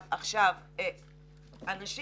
הנשים